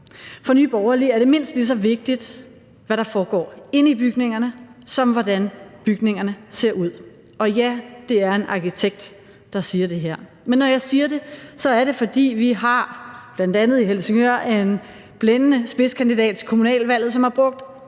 For Nye Borgerlige er det mindst lige så vigtigt, hvad der foregår inde i bygningerne, som hvordan bygningerne ser ud. Og ja, det er en arkitekt, der siger det her. Men når jeg siger det, er det, fordi vi bl.a. i Helsingør har en blændende spidskandidat til kommunalvalget, som har brugt